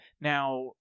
Now